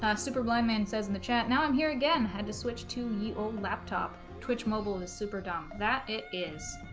ah super blind man says in the chat now i'm here again had to switch to the old laptop twitch mobile is super dumb that it is